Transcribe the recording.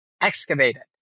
excavated